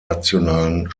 nationalen